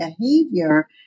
behavior